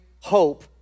hope